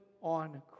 on